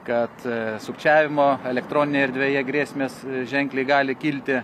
kad sukčiavimo elektroninėj erdvėje grėsmės ženkliai gali kilti